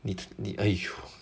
你你 !aiyo!